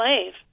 slave